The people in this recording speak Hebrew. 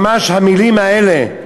ממש המילים האלה,